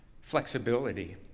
flexibility